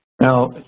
Now